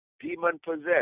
demon-possessed